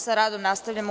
Sa radom nastavljamo u